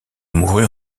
mourut